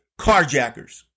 carjackers